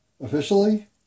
Officially